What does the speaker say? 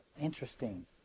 Interesting